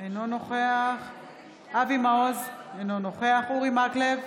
אינו נוכח אבי מעוז, אינו נוכח אורי מקלב,